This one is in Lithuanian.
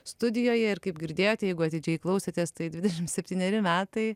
studijoje ir kaip girdėjote jeigu atidžiai klausėtės tai dvidešim septyneri metai